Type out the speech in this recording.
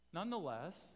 Nonetheless